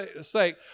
sake